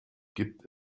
gibt